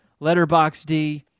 Letterboxd